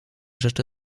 rzeczy